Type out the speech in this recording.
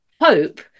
hope